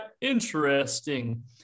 interesting